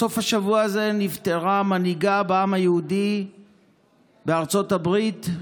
בסוף השבוע הזה נפטרה מנהיגה בעם היהודי בארצות הברית,